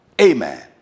Amen